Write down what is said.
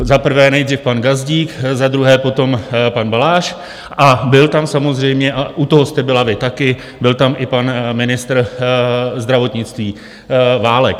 Za prvé nejdřív pan Gazdík, za druhé potom pan Balaš a byl tam samozřejmě, a u toho jste byla vy taky, byl tam i pan ministr zdravotnictví Válek.